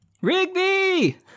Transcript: Rigby